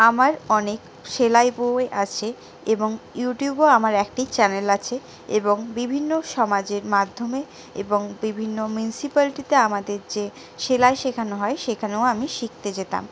আমার অনেক সেলাই বই আছে এবং ইউটিউবেও আমার একটি চ্যানেল আছে এবং বিভিন্ন সমাজের মাধ্যমে এবং বিভিন্ন মিউনিসিপ্যালিটিতে আমাদের যে সেলাই শেখানো হয় সেখানেও আমি শিখতে যেতাম